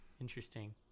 interesting